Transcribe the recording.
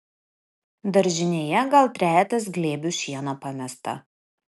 daržinėje gal trejetas glėbių šieno pamesta